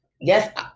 Yes